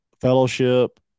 Fellowship